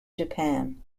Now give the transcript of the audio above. japan